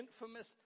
infamous